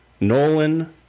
Nolan